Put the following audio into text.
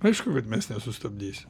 aišku kad mes nesustabdysi